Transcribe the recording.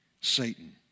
Satan